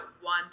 one